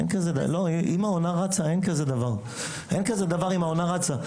אין דבר כזה אם העונה רצה.